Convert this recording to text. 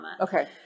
Okay